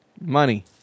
money